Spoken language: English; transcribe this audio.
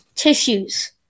Tissues